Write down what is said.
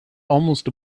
almost